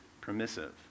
permissive